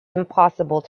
impossible